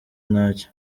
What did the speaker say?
ntacyo